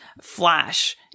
flash